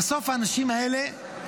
בסוף האנשים האלה,